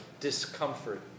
discomfort